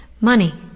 money